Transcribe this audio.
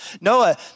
Noah